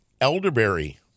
elderberry